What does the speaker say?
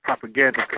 Propaganda